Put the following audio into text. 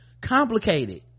complicated